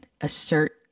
assert